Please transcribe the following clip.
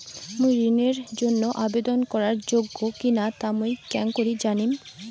মুই ঋণের জন্য আবেদন করার যোগ্য কিনা তা মুই কেঙকরি জানিম?